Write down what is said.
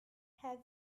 have